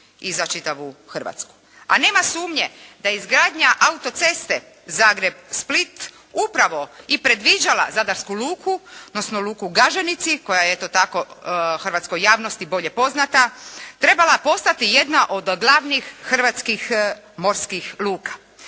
i za čitavu Hrvatsku. A nema sumnje da izgradnja autoceste Zagreb-Split upravo i predviđala zadarsku luku, odnosno luku u Gaženici koja je hrvatskoj javnosti bolje poznata, trebala postati jedna od glavnih hrvatskih luka.